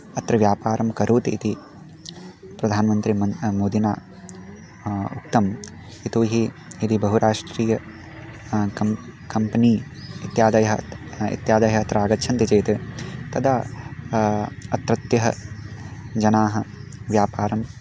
अत्र व्यापारं करोतु इति प्रधानमन्त्रिणा मोदिना उक्तं यतो हि यदि बहुराष्ट्रीय कं कम्पनी इत्यादयः इत्यादयः अत्र आगच्छन्ति चेत् तदा अत्रत्याः जनाः व्यापारं